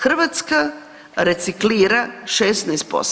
Hrvatska reciklira 16%